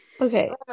Okay